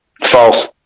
False